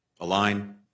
align